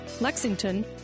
Lexington